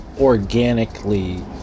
organically